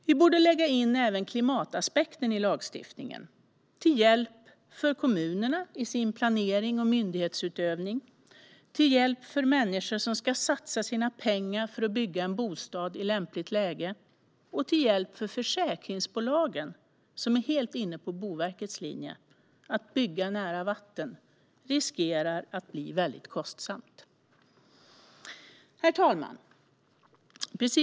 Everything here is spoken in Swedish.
Vi borde lägga in även klimataspekten i lagstiftningen, till hjälp för kommunerna i deras planering och myndighetsutövning, till hjälp för människor som ska satsa sina pengar för att bygga en bostad i ett lämpligt läge och till hjälp för försäkringsbolagen, som är helt inne på Boverkets linje: Att bygga nära vatten riskerar att bli väldigt kostsamt. Herr talman!